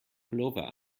pullover